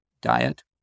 Diet